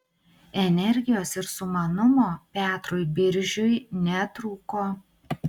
energijos ir sumanumo petrui biržiui netrūko